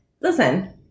listen